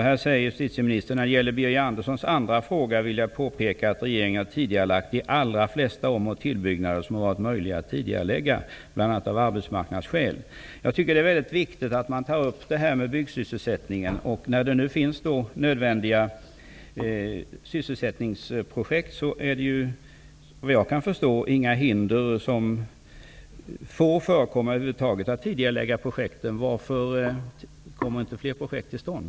Hon säger: ''När det gäller Birger Anderssons andra fråga vill jag påpeka att regeringen har tidigarelagt de allra flesta om och tillbyggnader som har varit möjliga att tidigarelägga, bl.a. av arbetsmarknadsskäl.'' Jag tycker att det är viktigt att man tar upp byggsysselsättningen. När det nu finns nödvändiga sysselsättningsprojekt finns det såvitt jag kan förstå ingenting som hindrar att man tidigarelägger projekten. Varför kommer inte fler projekt till stånd?